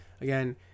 Again